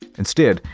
instead,